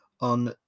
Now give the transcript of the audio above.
on